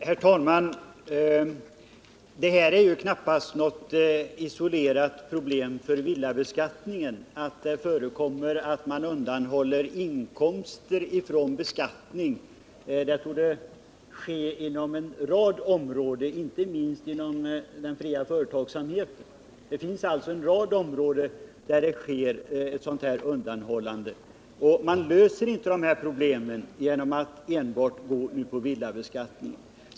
Herr talman! Det är knappast ett isolerat problem för villabeskattningen att det förekommer att inkomster undanhålls från beskattning. Det torde förekomma på en rad områden, inte minst inom den fria företagsamheten. Man löser inte dessa problem genom att enbart inrikta sig på villabeskattningen.